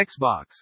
Xbox